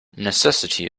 necessity